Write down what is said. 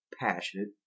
passionate